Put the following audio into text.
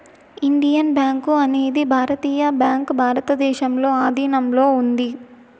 Indian bank అనేది జాతీయ bank భారతదేశంలో ఆధీనంలో ఉంది